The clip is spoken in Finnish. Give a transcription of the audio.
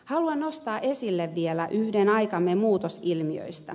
haluan nostaa esille vielä yhden aikamme muutosilmiöistä